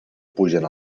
pugen